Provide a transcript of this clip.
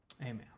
Amen